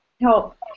help